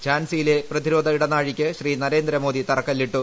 ഝാൻസിയിലെ പ്രതിരോധ ഇടനാഴിക്ക് ശ്രീ നരേന്ദ്രമോദി തറക്കല്ലിട്ടു